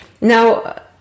now